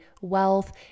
wealth